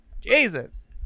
Jesus